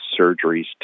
surgeries